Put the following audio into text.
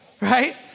right